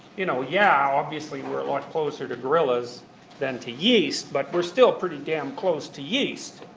you know, yeah, obviously we're a lot closer to gorillas than to yeast, but we're still pretty damn close to yeast.